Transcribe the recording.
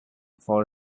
for